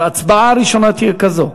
ההצבעה הראשונה תהיה כזאת: